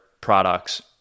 products